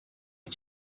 cye